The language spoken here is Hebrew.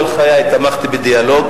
כל חיי תמכתי בדיאלוג,